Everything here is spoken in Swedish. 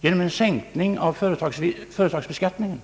genom en sänkning av företagsbeskattningen?